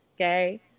okay